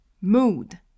Mood